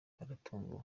baratunguwe